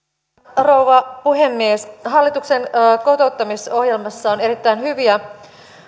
rouva puhemies hallituksen kotouttamisohjelmassa on erittäin hyviä